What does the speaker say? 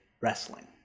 wrestling